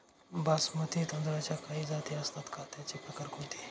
बासमती तांदळाच्या काही जाती असतात का, त्याचे प्रकार कोणते?